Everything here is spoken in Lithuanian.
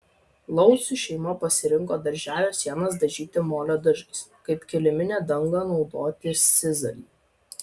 laucių šeima pasirinko darželio sienas dažyti molio dažais kaip kiliminę dangą naudoti sizalį